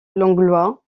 langlois